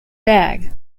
bag